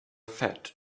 fed